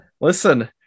listen